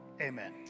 Amen